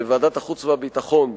בוועדת החוץ והביטחון,